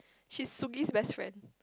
she is Sugi's best friend